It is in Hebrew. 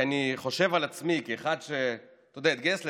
כי אני חושב על עצמי כאחד שהתגייס לצה"ל,